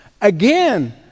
again